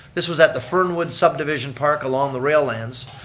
this was at the fernwood subdivision park along the rail lands.